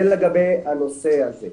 זה לגבי הנושא הזה.